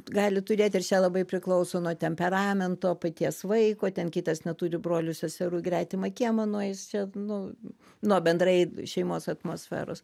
gali turėt ir čia labai priklauso nuo temperamento paties vaiko ten kitas neturi brolių seserų į gretimą kiemą nueis čia nu nuo bendrai šeimos atmosferos